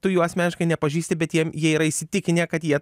tu jų asmeniškai nepažįsti bet jiem jie yra įsitikinę kad jie